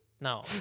No